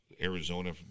Arizona